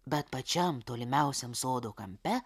bet pačiam tolimiausiam sodo kampe